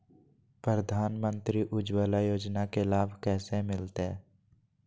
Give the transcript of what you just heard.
प्रधानमंत्री उज्वला योजना के लाभ कैसे मैलतैय?